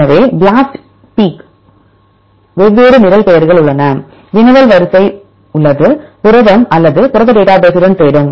எனவே BLASTp க்கு வெவ்வேறு நிரல் பெயர்கள் உள்ளன வினவல் வரிசை உள்ளது புரதம் அது புரத டேட்டாபேஸ் உடன் தேடும்